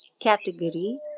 category